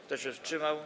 Kto się wstrzymał?